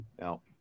Now